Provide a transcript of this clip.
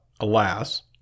alas